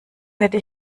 hätte